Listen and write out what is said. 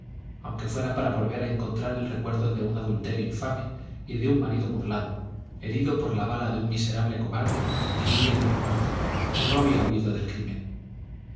aunque fuera para volver a encontrar el recuerdo de un adulterio infame y de un marido burlado herido por la bala de un miserable cobarde que huía de un muerto y no había huido del crimen